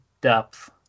depth